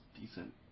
decent